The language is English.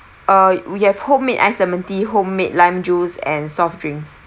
err we have homemade iced lemon tea homemade lime juice and soft drinks